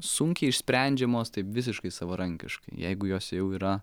sunkiai išsprendžiamos taip visiškai savarankiškai jeigu jos jau yra